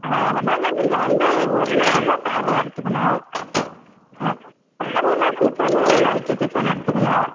அதனால் நீங்கள் வந்து ஒரு நேரம் தான் சாதம் எடுத்துக்கணும் காலையில் டிஃபனு நைட் டிஃபனு எடுத்துக்கணும்